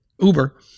uber